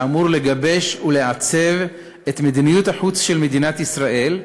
האמור לגבש ולעצב את מדיניות החוץ של מדינת ישראל,